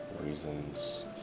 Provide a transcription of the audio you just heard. Reasons